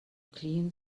clean